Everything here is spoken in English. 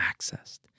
accessed